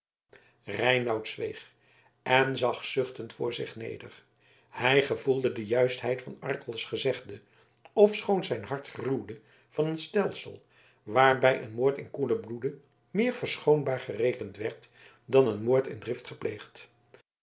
reinout zweeg en zag zuchtend voor zich neder hij gevoelde de juistheid van arkels gezegde ofschoon zijn hart gruwde van een stelsel waarbij een moord in koelen bloede meer verschoonbaar gerekend werd dan een moord in drift gepleegd